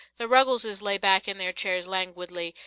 the ruggleses lay back in their chairs languidly,